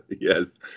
Yes